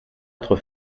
être